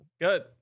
Good